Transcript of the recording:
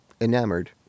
enamored